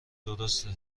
درسته